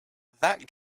that